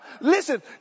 listen